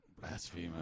Blasphemer